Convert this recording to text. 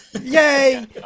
yay